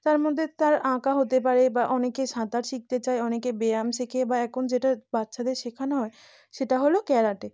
তার মধ্যে তার আঁকা হতে পারে বা অনেকে সাঁতার শিখতে চায় অনেকে ব্যায়াম শেখে বা এখন যেটা বাচ্চাদের শেখানো হয় সেটা হলো ক্যারাটে